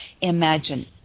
Imagine